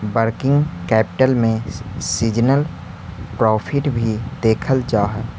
working capital में seasonal profit भी देखल जा हई